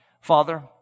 Father